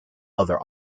other